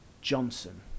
Johnson